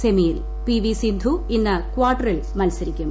സ്മെമിൽ P V Sindhu ഇന്ന് ക്വാർട്ടറിൽ മത്സരിക്കും